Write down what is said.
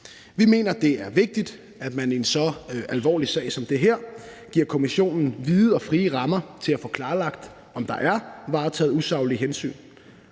Vi mener, det er vigtigt, at man i så alvorlig en sag som den her giver kommissionen vide og frie rammer til at få klarlagt, om der er varetaget usaglige hensyn,